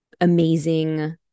amazing